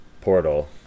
portal